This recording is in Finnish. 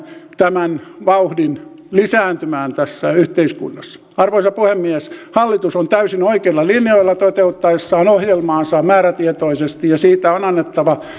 tämän vauhdin lisääntymään tässä yhteiskunnassa arvoisa puhemies hallitus on täysin oikeilla linjoilla toteuttaessaan ohjelmaansa määrätietoisesti ja siitä on annettava